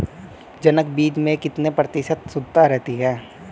जनक बीज में कितने प्रतिशत शुद्धता रहती है?